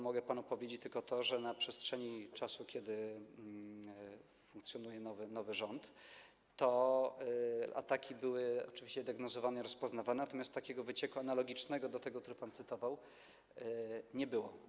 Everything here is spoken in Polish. Mogę panu powiedzieć tylko to, że na przestrzeni czasu, kiedy funkcjonuje nowy rząd, ataki były oczywiście diagnozowane i rozpoznawane, natomiast wycieku analogicznego do tego, o którym pan mówił, nie było.